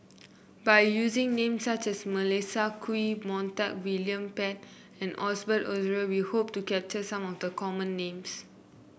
by using